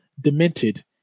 demented